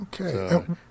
Okay